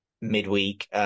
midweek